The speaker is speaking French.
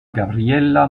gabriella